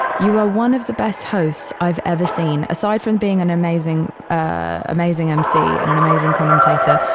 you are one of the best hosts i've ever seen. aside from being an amazing, amazing emcee and an amazing commentator,